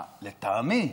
לטעמי,